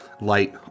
light